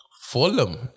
Fulham